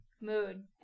Mood